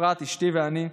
אפרת אשתי ואני,